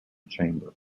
chamber